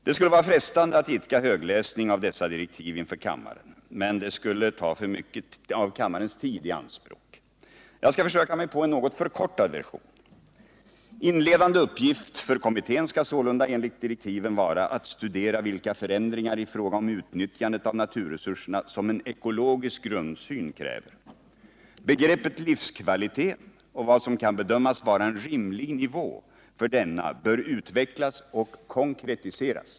Det skulle vara frestande att idka högläsning av dessa direktiv inför kammaren, men det skulle ta för mycket av kammarens tid i anspråk. Jag skall försöka mig på en något förkortad version. Inledande uppgift för kommittén skall sålunda enligt direktiven vara att studera vilka förändringar i fråga om utnyttjandet av naturresurserna som en ekologisk grundsyn kräver. Begreppet livskvalitet och vad som kan bedömas vara en rimlig nivå för denna bör utvecklas och konkretiseras.